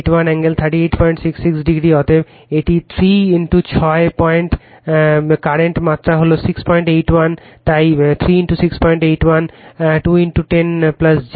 অতএব এটি 3 ছয় পয়েন্ট বর্তমান মাত্রা হল 681 তাই 3 681 2 10 j 8